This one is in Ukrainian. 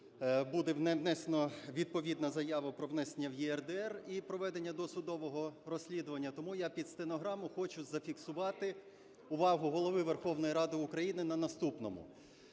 буде внесено відповідна заява про внесення в ЄРДР і проведення досудового розслідування, тому я під стенограму хочу зафіксувати увагу Голови Верховної Ради України на наступному.